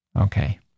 Okay